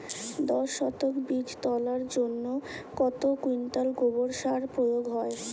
দশ শতক বীজ তলার জন্য কত কুইন্টাল গোবর সার প্রয়োগ হয়?